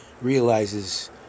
realizes